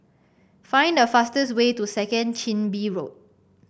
find the fastest way to Second Chin Bee Road